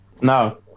No